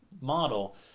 model